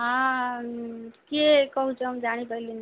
ହଁ କିଏ କହୁଛ ମୁଁ ଜାଣିପାରିଲିନି